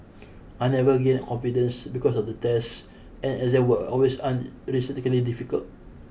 I never gained confidence because of the tests and exams were always unrealistically difficult